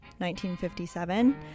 1957